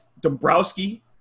Dombrowski